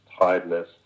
tiredness